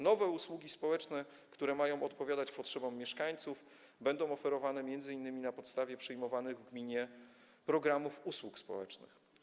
Nowe usługi społeczne, które mają odpowiadać potrzebom mieszkańców, będą oferowane m.in. na podstawie przyjmowanych w gminie programów usług społecznych.